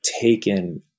taken